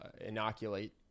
inoculate